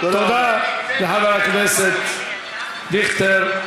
אדוני היושב-ראש, תודה לחבר הכנסת דיכטר.